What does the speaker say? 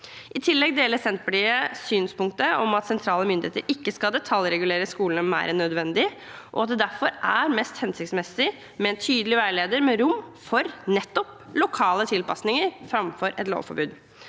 I tillegg deler Senterpartiet synspunktet om at sentrale myndigheter ikke skal detaljregulere skolene mer enn nødvendig, og at det derfor er mest hensiktsmessig med en tydelig veileder med rom for nettopp lokale tilpassinger, framfor et lovforbud.